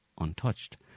untouched